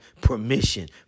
permission